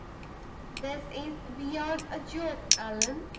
this is beyond a joke, allan,